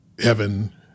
heaven